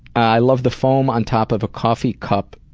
i love the foam on top of a coffee cup,